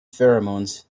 pheromones